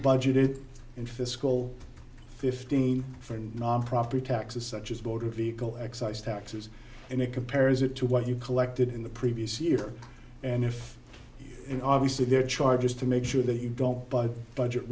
budgeted in fiscal fifteen for non property taxes such as motor vehicle excise taxes and it compares it to what you collected in the previous year and if obviously there are charges to make sure that you don't but budget